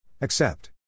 Accept